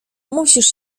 musisz